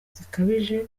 zikabije